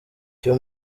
cyo